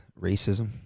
racism